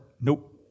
nope